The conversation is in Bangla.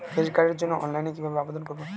ক্রেডিট কার্ডের জন্য অনলাইনে কিভাবে আবেদন করব?